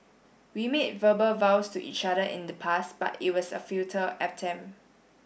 we made verbal vows to each other in the past but it was a futile